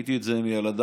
ראיתי את זה עם ילדיי.